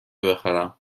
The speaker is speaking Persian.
بخرم